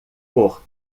por